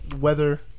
weather